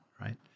Right